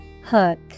Hook